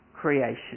creation